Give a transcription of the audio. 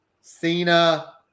Cena